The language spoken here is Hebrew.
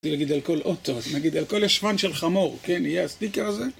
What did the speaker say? נגיד על כל אוטו, נגיד על כל ישבן של חמור, כן, יהיה הסטיקר הזה?